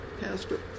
pastor